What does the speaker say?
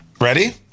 Ready